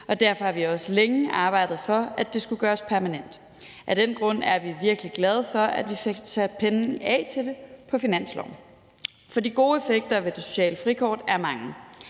Derfor har vi også længe arbejdet for, at det skulle gøres permanent. Af den grund er vi virkelig glade for, at vi fik sat penge af til det på finansloven. For de gode effekter ved det sociale frikort er mange.